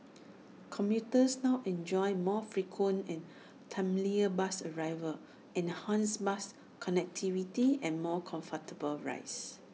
commuters now enjoy more frequent and timelier bus arrivals enhanced bus connectivity and more comfortable rides